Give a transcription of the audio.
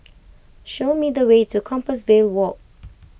show me the way to Compassvale Walk